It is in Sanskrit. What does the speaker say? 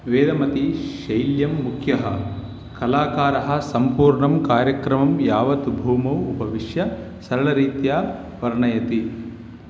वेदमतीशैल्यं मुख्यः कलाकारः सम्पूर्णं कार्यक्रमं यावत् भूमौ उपविश्य सरलरीत्या वर्णयति